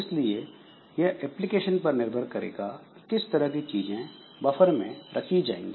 इसलिए यह एप्लीकेशन पर निर्भर करेगा कि किस तरह की चीजें बफर में रखी जाएंगी